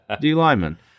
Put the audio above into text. D-lineman